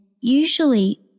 usually